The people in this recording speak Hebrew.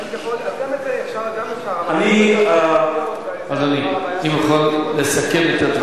אז גם את זה אפשר, אדוני, אם תוכל לסכם את הדברים.